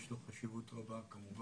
יש לו חשיבות רבה כמובן.